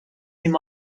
him